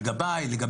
לגביי.